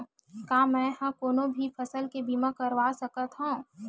का मै ह कोनो भी फसल के बीमा करवा सकत हव?